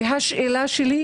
השאלה שלי,